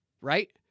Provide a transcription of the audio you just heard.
right